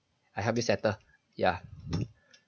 I have this settled ya